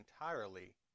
entirely